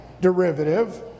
derivative